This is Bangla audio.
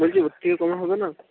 বলছি ওর থেকে কমে হবে না